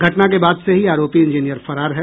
घटना के बाद से ही आरोपी इंजीनियर फरार है